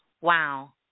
Wow